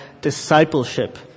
discipleship